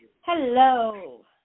Hello